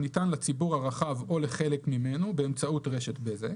הניתן לציבור הרחב או לחלק ממנו באמצעות רשת בזק: